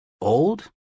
Old